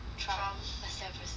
as their president